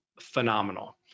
phenomenal